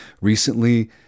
recently